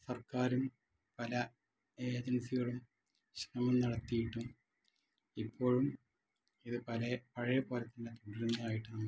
സർക്കാരും പല ഏജൻസികളും ശ്രമം നടത്തിയിട്ടും ഇപ്പോഴും ഇത് പയേ പഴയ പോലെ തന്നെ തുടരുന്നതായിട്ട് നമുക്ക്